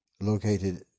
located